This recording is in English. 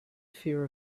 fear